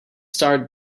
start